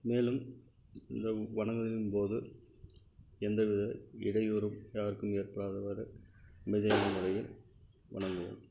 மேலும் இந்த வணங்குதலின் போது எந்தவித இடையூறும் யாருக்கும் ஏற்படாதவாறு அமைதியான முறையில் வணங்குவோம்